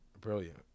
brilliant